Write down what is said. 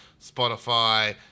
Spotify